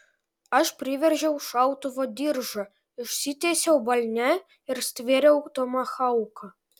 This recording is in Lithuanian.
aš priveržiau šautuvo diržą išsitiesiau balne ir stvėriau tomahauką